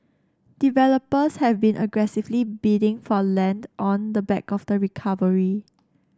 developers have been aggressively bidding for land on the back of the recovery